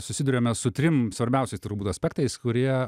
susiduriame su trim svarbiausiais turbūt aspektais kurie